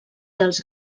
dels